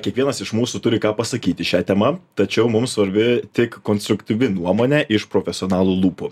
kiekvienas iš mūsų turi ką pasakyti šia tema tačiau mums svarbi tik konstruktyvi nuomonė iš profesionalų lūpų